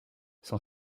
son